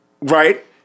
Right